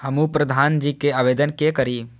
हमू प्रधान जी के आवेदन के करी?